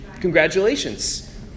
Congratulations